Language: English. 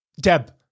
Deb